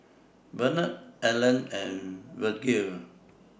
Benard Allen and Virgle